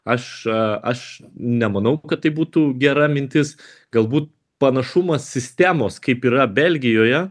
aš aš nemanau kad tai būtų gera mintis galbūt panašumas sistemos kaip yra belgijoje